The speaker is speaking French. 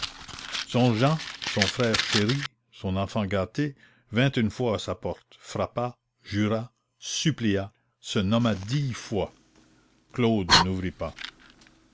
son jehan son frère chéri son enfant gâté vint une fois à sa porte frappa jura supplia se nomma dix fois claude n'ouvrit pas